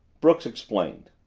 brooks explained.